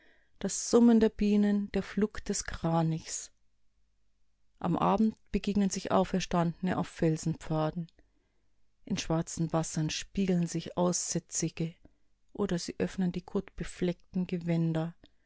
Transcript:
das summen der bienen der flug des kranichs am abend begegnen sich auferstandene auf felsenpfaden in schwarzen wassern spiegeln sich aussätzige oder sie öffnen die kotbefleckten gewänder